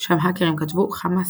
שם האקרים כתבו 'חמאס,